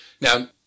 Now